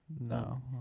No